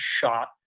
shot